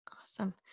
Awesome